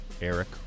Eric